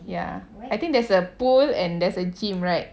ya I think there's a pool and there's a gym right